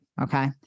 Okay